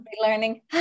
Learning